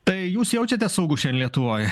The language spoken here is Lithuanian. tai jūs jaučiatės saugus šiandien lietuvoj